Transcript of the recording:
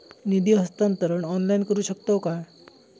निधी हस्तांतरण ऑनलाइन करू शकतव काय?